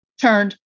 turned